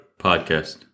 podcast